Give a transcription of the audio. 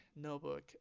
notebook